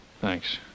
Thanks